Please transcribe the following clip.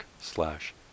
slash